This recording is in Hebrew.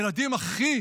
הילדים הכי,